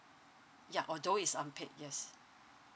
ya although is unpaid yes